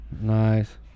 Nice